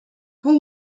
all